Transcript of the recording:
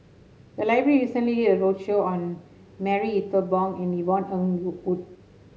the library recently did a roadshow on Marie Ethel Bong and Yvonne Ng Road Uhde